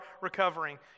recovering